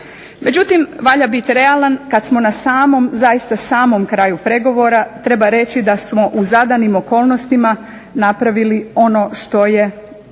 Međutim, valja biti realan kad smo na samom, zaista samom kraju pregovora treba reći da smo u zadanim okolnostima napravili ono što je